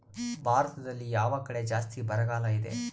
ಭಾರತದಲ್ಲಿ ಯಾವ ಕಡೆ ಜಾಸ್ತಿ ಬರಗಾಲ ಇದೆ?